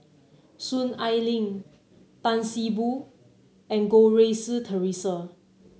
Soon Ai Ling Tan See Boo and Goh Rui Si Theresa